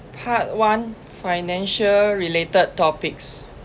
part one financial related topics